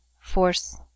force